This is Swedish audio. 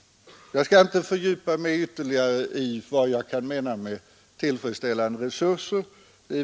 Jag skall inte fördjupa mig ytterligare i vad jag kan mena med ”tillfredsställande resurser”.